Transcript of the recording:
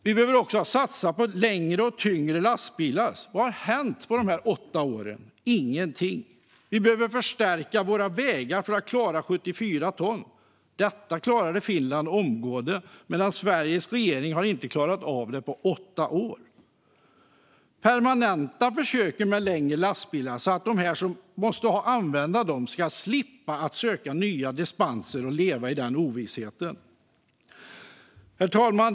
Vi behöver också satsa på längre och tyngre lastbilar. Vad har hänt på de här åtta åren? Ingenting! Vi behöver förstärka våra vägar för att klara 74 ton. Detta klarade Finland omgående medan Sveriges regering inte har klarat av det på åtta år. Vi behöver permanenta försöken med längre lastbilar så att de som måste använda dem slipper söka nya dispenser och leva i ovisshet. Herr talman!